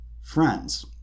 friends